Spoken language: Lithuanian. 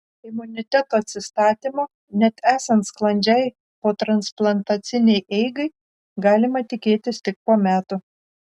imuniteto atsistatymo net esant sklandžiai potransplantacinei eigai galima tikėtis tik po metų